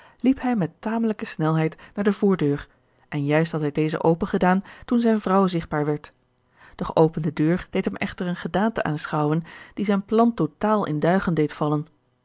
liep hij met tamelijke snelheid naar de voordeur en juist had hij deze opengedaan toen zijne vrouw zigtbaar werd de geopende deur deed hem echter eene gedaante aanschouwen die zijn plan totaal in duigen deed vallen